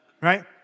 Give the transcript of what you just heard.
Right